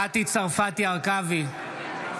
(קורא בשם חברת הכנסת) מטי צרפתי הרכבי, בעד.